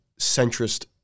centrist